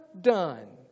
done